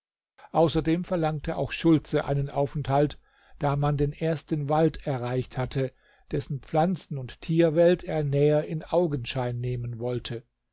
außerdem verlangte auch schultze einen aufenthalt da man den ersten wald erreicht hatte dessen pflanzen und tierwelt er näher in augenschein nehmen wollte